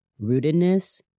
rootedness